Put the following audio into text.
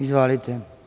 Izvolite.